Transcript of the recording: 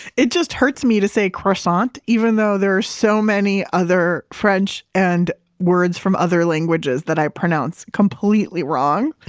it just hurts me to say croissant even though there are so many other french and words from other languages that i pronounce completely wrong.